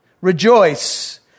rejoice